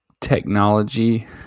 technology